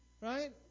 right